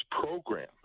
program